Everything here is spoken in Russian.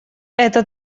это